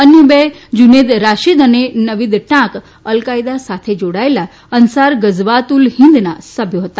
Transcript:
અન્ય બે જુનેદ રાશીદ અને નવીદ ટાંક અલકાયદા સાથે ોડાયેલા અન્સાર ગઝવાત ઉલ હિંદના સભ્યો હતા